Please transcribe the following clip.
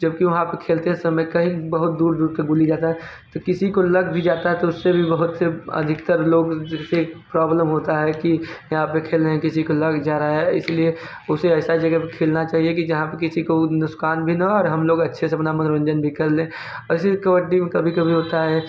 जबकि वहाँ पे खेलते समय कहीं बहुत दूर दूर तक गुल्ली जाता है तो किसी को लग भी जाता है तो उससे भी बहुत से अधिकतर लोग जैसे प्रोब्लम होता है कि यहाँ पे खेल रहें किसी को लग जा रहा है इसलिए उसे ऐसा जगह खेलना चाहिए कि जहाँ पे किसी को नुसकान भी न हो और हम लोग अच्छे से अपना मनोरंजन भी कर ले वैसे भी कबड्डी में कभी कभी होता है